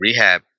rehab